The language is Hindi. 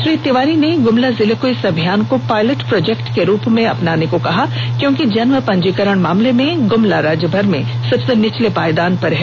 श्री तिवारी ने ग्रमला जिले को इस अभियान को पायलट प्रोजेक्ट रूप में अपनाने को कहा है क्योंकि जन्म पंजीकरण मामले में गुमला राज्यभर में सबसे नीचले पायदान पर है